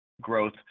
growth